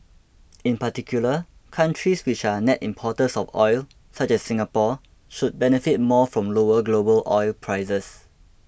in particular countries which are net importers of oil such as Singapore should benefit more from lower global oil prices